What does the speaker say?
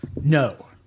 No